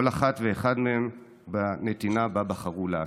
כל אחת ואחד מהם בנתינה שבה בחרו לעסוק.